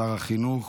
שר החינוך,